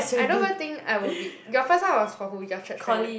I don't even think I will be your first one was for who your church friend